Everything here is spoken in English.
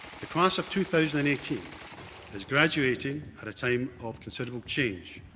the class of two thousand and eighteen is graduating at a time of considerable change.